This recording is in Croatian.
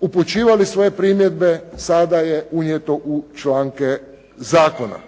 upućivali svoje primjedbe, sada je unijeto u članke zakona.